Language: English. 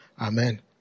Amen